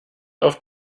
auf